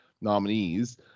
nominees